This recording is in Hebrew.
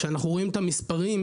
כשאנחנו רואים את המספרים,